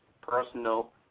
personal